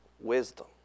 wisdom